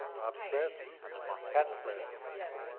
rob smith. yes. pat smith. yes.